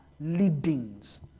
leadings